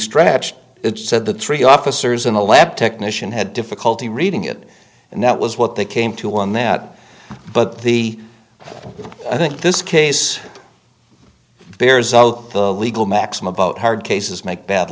stretched it said the three officers in the lab technician had difficulty reading it and that was what they came to on that but the i think this case bears out the legal maxim about hard cases make bad